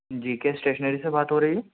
جی کیا اسٹیشنری سے بات ہو رہی ہے